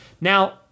Now